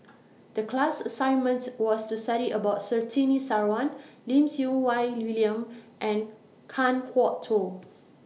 The class assignment was to study about Surtini Sarwan Lim Siew Wai William and Kan Kwok Toh